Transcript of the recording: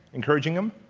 encouraging them.